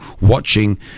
watching